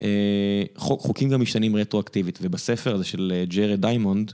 חוק, חוקים גם משתנים רטרואקטיבית, ובספר הזה של ג'רי דיאמונד